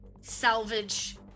salvage